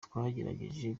twagerageje